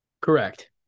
Correct